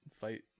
fight